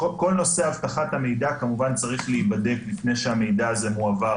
נושא הבטחת המידע כמובן צריך להיבדק לפני שהמידע הזה מועבר